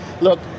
look